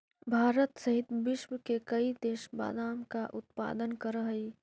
भारत सहित विश्व के कई देश बादाम का उत्पादन करअ हई